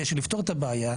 כדי לפתור את הבעיה,